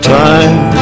time